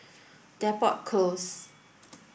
Depot Close